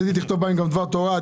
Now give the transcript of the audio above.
מצדי תכתוב בהם דבר תורה,